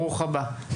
ברוכה הבאה.